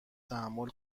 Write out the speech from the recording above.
تحمل